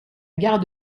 gare